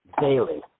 daily